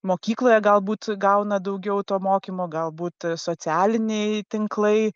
mokykloje galbūt gauna daugiau to mokymo galbūt socialiniai tinklai